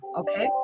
okay